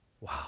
Wow